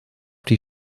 die